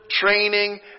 training